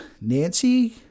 Nancy